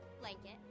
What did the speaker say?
blanket